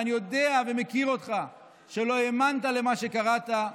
ואני יודע ומכיר אותך שלא האמנת למה שקראת,